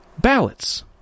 ballots